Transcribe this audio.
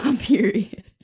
Period